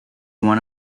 one